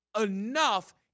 enough